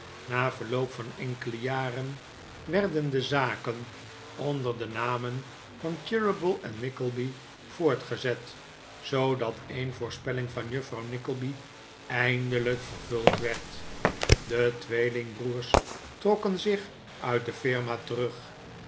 na verloop van enkele jaren werden de zaken onder de namen van cheeryble en nickleby voortgezet zoodat een voorspelling van juffrouw nickleby eindelijk yervuld werd de tweelingbroers trokken zich uit de firma terug